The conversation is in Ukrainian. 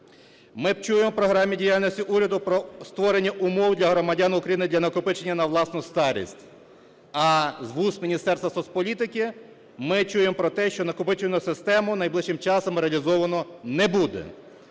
Ми чуємо в Програмі діяльності уряду про створення умов для громадян України для накопичення на власну старість, а з вуст Міністерства соцполітики ми чуємо про те, що накопичувальну систему найближчим часом реалізовано не буде;